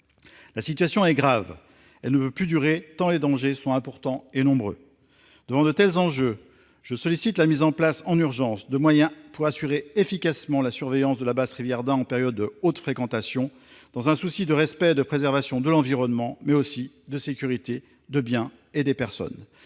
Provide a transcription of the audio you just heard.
La situation est grave. Elle ne peut plus durer tant les dangers sont nombreux et importants. Devant de tels enjeux, je sollicite la mise en place, en urgence, de moyens pour assurer efficacement la surveillance de la basse rivière d'Ain en période de haute fréquentation, dans un souci de respect et de préservation de l'environnement, mais aussi de sécurité des biens et des personnes.